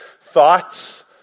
thoughts